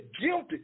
guilty